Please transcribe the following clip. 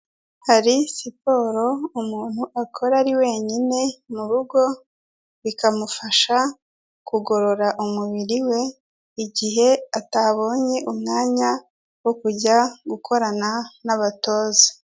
Hari siporo umuntu akora ari wenyine mu rugo bikamufasha kugorora umubiri we igihe atabonye umwanya wo kujya gukorana n'abatoza.